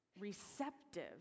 receptive